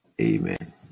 Amen